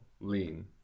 Lean